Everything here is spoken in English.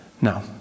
Now